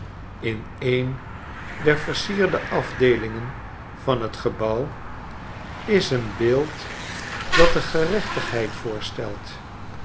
in een der versierde afdeelingen van t gebouw is een beeld dat de gerechtigheid voorstelt